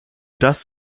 das